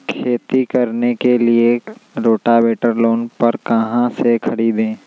खेती करने के लिए रोटावेटर लोन पर कहाँ से खरीदे?